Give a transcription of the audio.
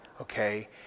okay